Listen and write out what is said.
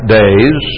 days